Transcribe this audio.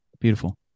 Beautiful